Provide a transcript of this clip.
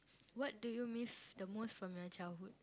what do you miss the most from your childhood